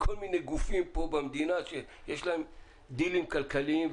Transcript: כל מיני גופים שיש להם דילים כלכליים.